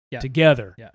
together